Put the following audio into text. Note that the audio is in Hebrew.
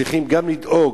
צריכים גם לדאוג,